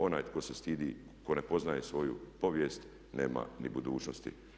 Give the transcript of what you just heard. Onaj tko se stidi, tko ne poznaje svoju povijest nema ni budućnosti.